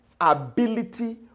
ability